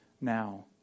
now